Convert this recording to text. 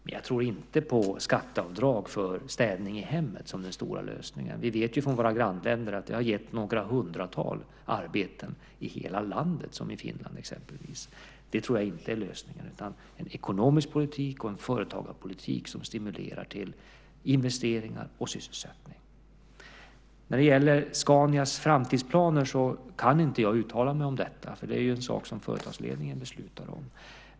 Men jag tror inte på skatteavdrag för städning i hemmet som den stora lösningen. Vi vet från våra grannländer att det har gett några hundratal arbeten i hela landet, som i Finland exempelvis. Det tror jag inte är lösningen utan en ekonomisk politik och en företagarpolitik som stimulerar till investering och sysselsättning. Om Scanias framtidsplaner kan inte jag uttala mig. Det är en sak som företagsledningen beslutar om.